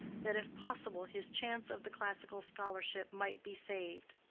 that if possible his chance of the classical scholarship might be saved.